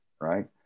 right